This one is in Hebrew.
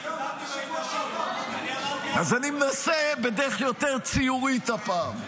אני הפסדתי בהתערבות.